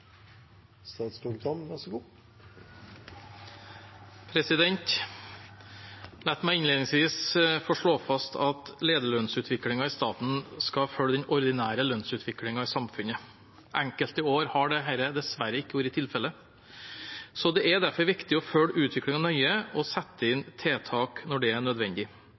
meg innledningsvis få slå fast at lederlønnsutviklingen i staten skal følge den ordinære lønnsutviklingen i samfunnet. Enkelte år har dette dessverre ikke vært tilfellet. Det er derfor viktig å følge utviklingen nøye og sette inn tiltak når det er nødvendig.